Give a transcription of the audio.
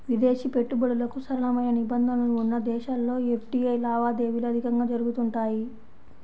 విదేశీ పెట్టుబడులకు సరళమైన నిబంధనలు ఉన్న దేశాల్లో ఎఫ్డీఐ లావాదేవీలు అధికంగా జరుగుతుంటాయి